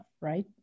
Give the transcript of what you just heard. right